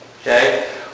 Okay